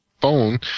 phone